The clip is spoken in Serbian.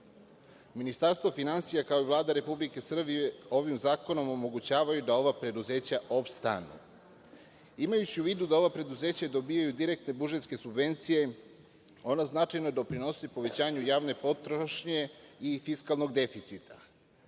Ministarstvo finansija, kao i Vlada Republike Srbije, ovim zakonom omogućava da ova preduzeća opstanu. Imajući u vidu da ova preduzeća dobijaju direktne budžetske subvencije, ona značajno doprinose povećanju javne potroše i fiskalnog deficita,